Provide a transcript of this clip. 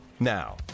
Now